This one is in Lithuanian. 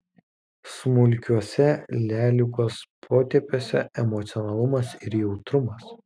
smulkiuose leliugos potėpiuose emocionalumas ir jautrumas